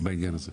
בעניין הזה.